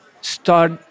start